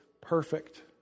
perfect